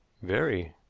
very.